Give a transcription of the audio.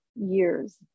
years